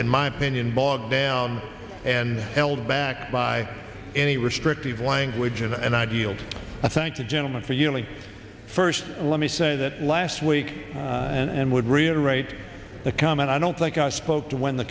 in my opinion bogged down and held back by any restrictive language and ideals i thank you gentlemen for you only first let me say that last week and would reiterate the comment i don't think i spoke to when the